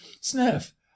sniff